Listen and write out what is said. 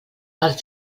els